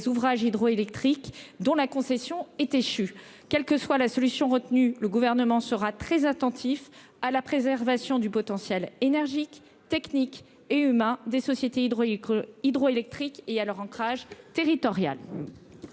ouvrages hydroélectriques dont la concession est échu, quelle que soit la solution retenue, le gouvernement sera très attentif à la préservation du potentiel énergique techniques et humains des sociétés hydroélectriques hydroélectrique et à leur ancrage territorial.